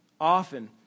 Often